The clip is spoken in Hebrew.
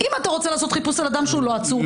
אם אתה רוצה לעשות חיפוש על אדם שאינו עצור,